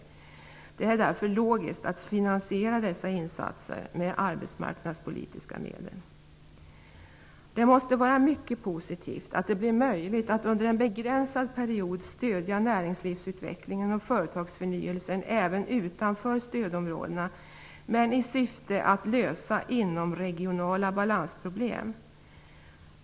Det är därför logiskt att finansiera dessa insatser med arbetsmarknadspolitiska medel. Det måste vara mycket positivt att det blir möjligt att under en begränsad period stödja näringslivsutveckling och företagsförnyelse även utanför stödområdena, i syfte att lösa inomregionala balansproblem.